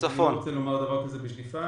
אני לא רוצה לומר דבר כזה בשליפה.